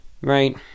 Right